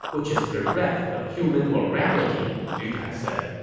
which is bereft of human morality, lu kai said.